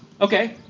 Okay